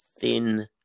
thin